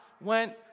went